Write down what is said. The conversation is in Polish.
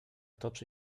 toczy